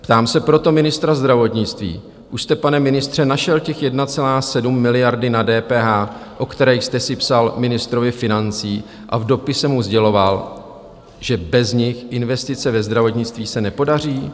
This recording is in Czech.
Ptám se proto ministra zdravotnictví: Už jste, pane ministře, našel těch 1,7 miliardy na DPH, o které jste si psal ministrovi financí, a v dopise mu sděloval, že bez nich investice ve zdravotnictví se nepodaří?